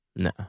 No